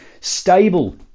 stable